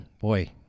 boy